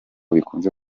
bikunze